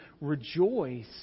rejoice